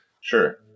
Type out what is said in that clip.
Sure